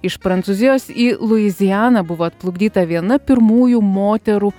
iš prancūzijos į luizianą buvo atplukdyta viena pirmųjų moterų